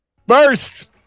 first